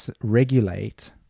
regulate